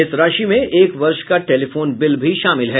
इस राशि में एक वर्ष का टेलीफोन बिल भी शामिल है